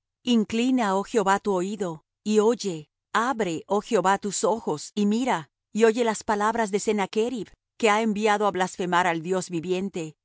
inclina oh jehová tu oído y oye abre oh jehová tus ojos y mira y oye las palabras de sennachrib que ha enviado á blasfemar al dios viviente